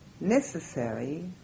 necessary